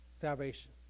salvation